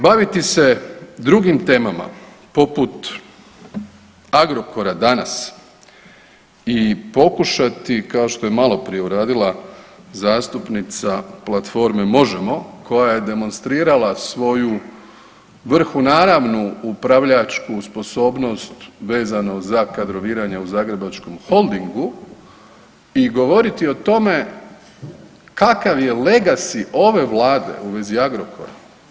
Baviti se drugim temama poput Agrokora danas i pokušati kao što je malo prije uradila zastupnica platforme Možemo koja je demonstrirala svoju vrho naravnu upravljačku sposobnost vezano za kadroviranje u Zagrebačkom holdingu i govoriti o tome kakav je legacy ove Vlade u vezi Agrokora.